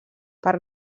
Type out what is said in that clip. per